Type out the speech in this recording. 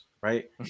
right